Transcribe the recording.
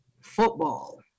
football